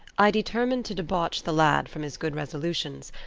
i determined to debauch the lad from his good resolutions,